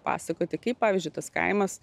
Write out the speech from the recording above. pasakoti kaip pavyzdžiui tas kaimas